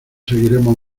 seguiremos